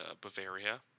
Bavaria